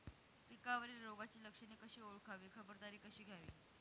पिकावरील रोगाची लक्षणे कशी ओळखावी, खबरदारी कशी घ्यावी?